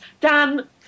Dan